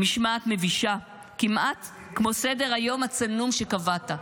משמעת מבישה, כמעט כמו סדר-היום הצנום שקבעת.